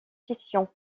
fiction